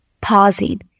pausing